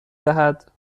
دهد